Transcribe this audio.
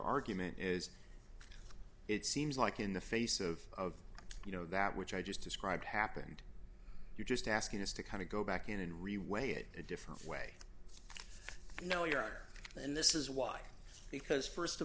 argument is it seems like in the face of you know that which i just described happened you're just asking us to kind of go back in and reweigh it a different way no your honor and this is why because st of